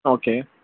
okay